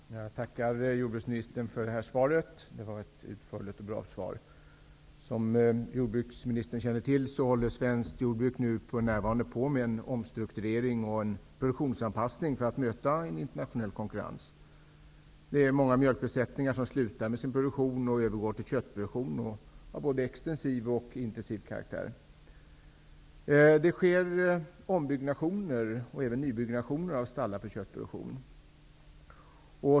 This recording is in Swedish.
Herr talman! Jag tackar jordbruksministern för svaret. Det var ett utförligt och bra svar. Som jordbruksministern känner till håller svenskt jordbruk för närvarande på med en omstrukturering och en produktionsanpassning för att möta en internationell konkurrens. Många jordbrukare som har haft mjölkbesättningar slutar med mjölkproduktion och övergår till köttproduktion av både extensiv och intensiv karaktär. Det sker ombyggnationer och även nybyggnationer av stallar för köttproduktion.